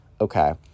okay